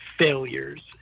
failures